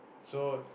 so